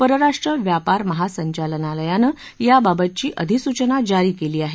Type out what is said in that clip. परराष्ट्र व्यापार महासंचालनालयानं याबाबतची अधिसूचना जारी केली आहे